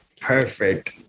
perfect